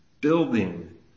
building